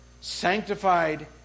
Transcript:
sanctified